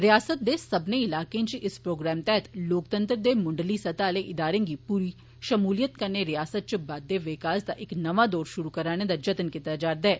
रिआसत दे सब्बने इलाकें च इस प्रोग्राम तैह्त लोकतंत्र दे मुंडली सतह् आले इदारे दी पूरी शमूलियत कन्नै रिआसत च बाद्दे ते विकास दा इक नमां दौर शुरू करने दा जतन कीता जा'रदा ऐ